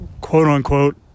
quote-unquote